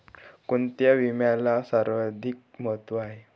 कोणता विम्याला सर्वाधिक महत्व आहे?